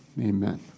Amen